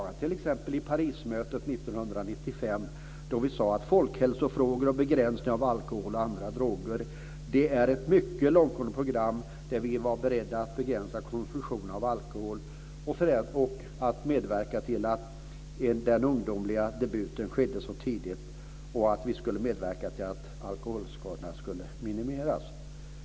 Vi sade t.ex. vid Parismötet 1995 att folkhälsofrågor och begränsning av alkohol och andra droger är ett mycket långtgående program där vi är beredda att begränsa konsumtionen av alkohol och medverka till att den ungdomliga debuten inte sker så tidigt. Vi skulle också medverka till att alkoholskadorna skulle minimeras.